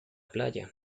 playa